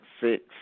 six